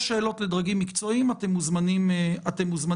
אם יש שאלות לדרגים מקצועיים אתם מוזמנים לענות.